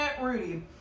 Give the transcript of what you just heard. Rudy